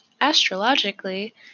Astrologically